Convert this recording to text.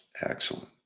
excellent